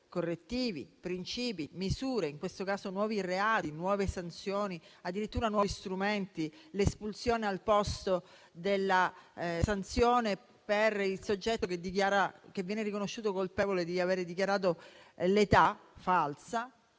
correttivi, principi, misure, in questo caso nuovi reati, nuove sanzioni, addirittura nuovi istituti, quale l'espulsione al posto della sanzione, per il soggetto che viene riconosciuto colpevole di avere dichiarato l'età falsa.